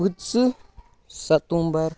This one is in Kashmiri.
پٕنٛژٕہ ستمبر